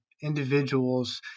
individuals